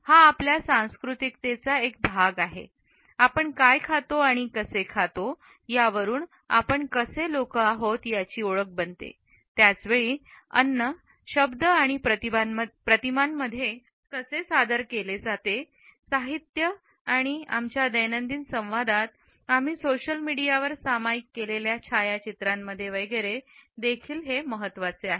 हा आपल्या सांस्कृतिकतेचा एक भाग आपण काय खातो आणि कसे खातो यावरून आपण कसे लोक आहोत याची ओळख बनते त्याच वेळी अन्न शब्द आणि प्रतिमांमध्ये कसे सादर केले जाते साहित्य आमच्या दैनंदिन संवादात आम्ही सोशल मीडियावर सामायिक केलेल्या छायाचित्रांमध्ये वगैरे देखील महत्वाचे आहे